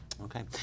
okay